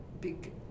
big